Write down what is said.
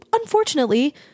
unfortunately